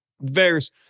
various